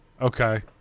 Okay